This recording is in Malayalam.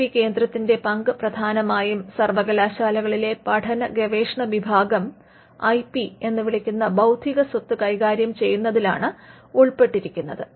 ഐപി കേന്ദ്രത്തിന്റെ പങ്ക് പ്രധാനമായും സർവകലാശാലകളിലെ പഠന ഗവേഷണ വിഭാഗം ഐ പി എന്ന് വിളിക്കുന്ന ബൌദ്ധിക സ്വത്ത് കൈകാര്യം ചെയ്യുന്നത്തിലാണ് ഉൾപ്പെട്ടിരിക്കുന്നത്